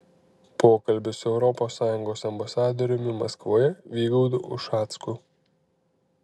pokalbis su europos sąjungos ambasadoriumi maskvoje vygaudu ušacku